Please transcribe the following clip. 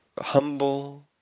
humble